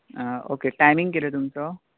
अ okay timing कितें तुमचो